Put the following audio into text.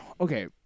okay